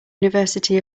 university